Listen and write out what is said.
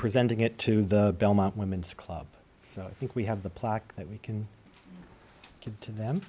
presenting it to the belmont women's club i think we have the plaque that we can give to them